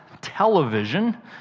television